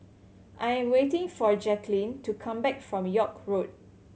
I'm waiting for Jacklyn to come back from York Road